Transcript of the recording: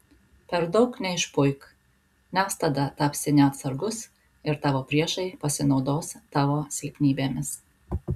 per daug neišpuik nes tada tapsi neatsargus ir tavo priešai pasinaudos tavo silpnybėmis